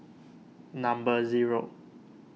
number zero